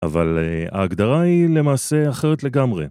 אבל ההגדרה היא למעשה אחרת לגמרי.